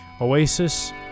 Oasis